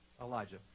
Elijah